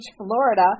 Florida